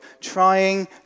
trying